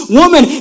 woman